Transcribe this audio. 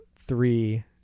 three